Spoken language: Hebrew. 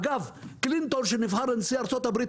אגב קלינטון כשנבחר לנשיא ארצות הברית,